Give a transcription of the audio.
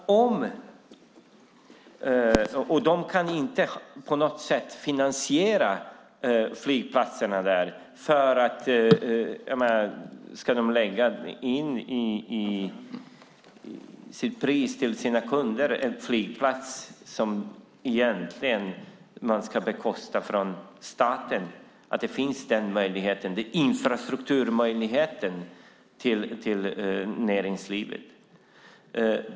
De kan inte finansiera flygplatserna. Ska de i priset till sina kunder lägga in kostnaderna för en flygplats som egentligen ska bekostas av staten? Det är nödvändigt med infrastruktur för näringslivet.